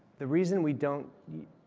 the reason we don't